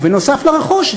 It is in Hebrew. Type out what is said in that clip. ונוסף על הרכוש,